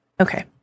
okay